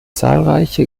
zahlreiche